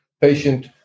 patient